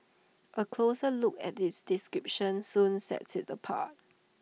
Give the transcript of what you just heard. A closer look at its description soon sets IT apart